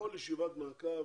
שבכל ישיבת מעקב